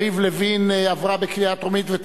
התשע"א 2011,